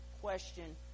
question